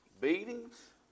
beatings